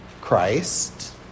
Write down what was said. Christ